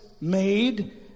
made